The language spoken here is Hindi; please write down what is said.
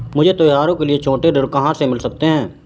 मुझे त्योहारों के लिए छोटे ऋण कहाँ से मिल सकते हैं?